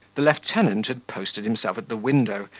the lieutenant had posted himself at the window,